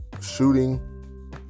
shooting